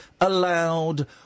allowed